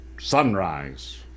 Sunrise